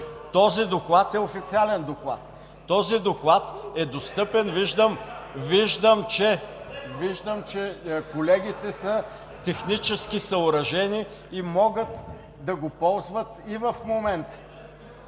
Този доклад е достъпен, виждам, че колегите са технически съоръжени и могат да го ползват и в момента.